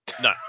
No